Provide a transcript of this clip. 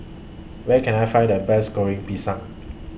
Where Can I Find The Best Goreng Pisang